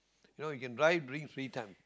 no you can drive during free time